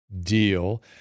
Deal